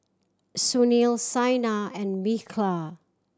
Sunil Saina and Milkha